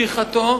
בתמיכתו.